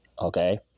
Okay